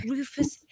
Rufus